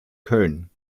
köln